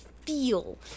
feel